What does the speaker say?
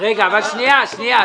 מקבל את זה.